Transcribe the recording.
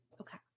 Okay